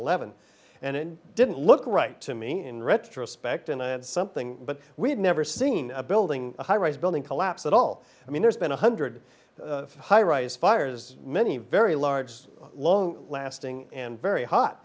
eleven and it didn't look right to me in retrospect and i had something but we had never seen a building a high rise building collapse at all i mean there's been one hundred highrise fires many very large long lasting and very